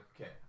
okay